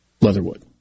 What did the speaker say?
Leatherwood